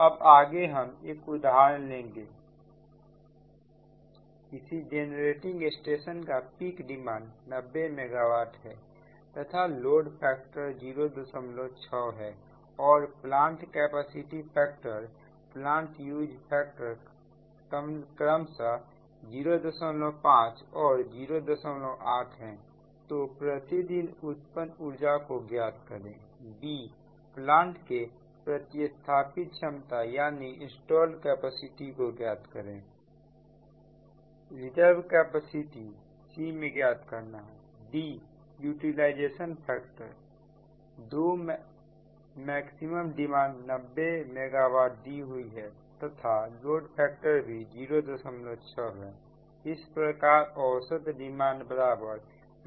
अब आगे हम एक उदाहरण लेंगे किसी जेनरेटिंग स्टेशन का पिक डिमांड 90 मेगावाट है तथा लोड फैक्टर 06 है और plant capacity factor plant use factor क्रमशः 05 और 08 है तो प्रतिदिन उत्पन्न उर्जा को ज्ञात करेंb प्लांट के प्रतिस्थापित क्षमता c reserve capacity d utilisation factor दो मैक्सिमम डिमांड 90 मेगावाट दी हुई है तथा लोड फैक्टर भी 06 है इस प्रकार औसत डिमांड